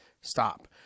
Stop